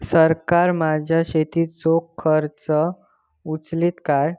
सरकार माझो शेतीचो खर्च उचलीत काय?